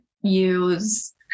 use